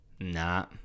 Nah